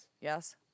Yes